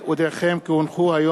התשע"א 2010,